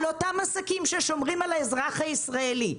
על אותם עסקים ששומרים על האזרח הישראלי,